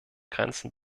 grenzen